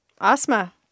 Asma